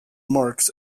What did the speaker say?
marx